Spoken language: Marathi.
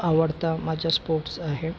आवडता माझा स्पोर्ट्स आहे